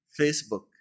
facebook